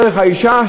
דרך האישה,